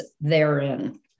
therein